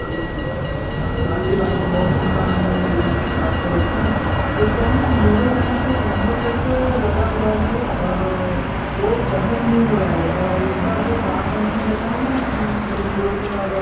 जी जी आप के बारे में बहुत सुना हूँ मैं इस आस पड़ोस में तो क्या है ना मेरे यहाँ पे इंभोटर तो लगा हुआ है और वो कनेक्ट नहीं हो रहा है और उसका जो तार कनेक्सन जाता है ना की मैन बोर्ड में और